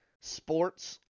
Sports